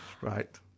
Right